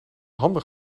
handig